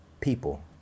people